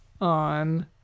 on